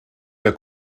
der